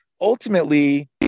ultimately